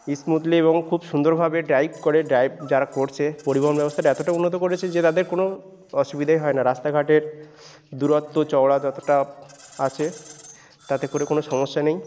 smoothly এবং খুব সুন্দরভাবে ড্রাইভ করে ড্রাইভ যারা করছে পরিবহন ব্যবস্থাটা এতোটা উন্নত করেছে যে তাদের কোনো অসুবিধাই হয় না রাস্তাঘাটের দূরত্ব চওড়া যতোটা আছে তাতে করে কোনো সমস্যা নেই